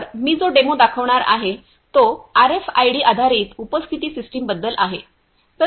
तर मी जो डेमो दाखवणार आहे तो आरएफआयडी आधारित उपस्थिती सिस्टीम बद्दल आहे